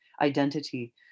identity